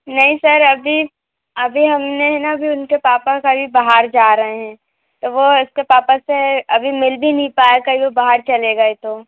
नहीं सर अभी अभी हम ने हैं ना अभी उनके पापा कहीं बाहर जा रहे हैं तो वह इसके पापा से अभी मिल भी नहीं पाया कहीं वो बाहर चले गए तो